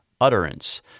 utterance